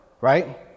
right